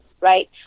right